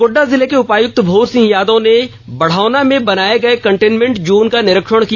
गोड्डा जिले के उपायुक्त भोर सिंह यादव ने बढ़ौना में बनाये गए कन्टेंमेंट जोन का निरीक्षण किया